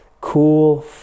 cool